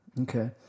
Okay